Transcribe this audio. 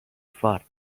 fort